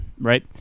Right